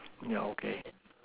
yeah okay